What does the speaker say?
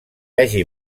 hagi